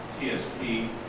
TSP